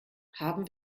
haben